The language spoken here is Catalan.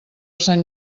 sant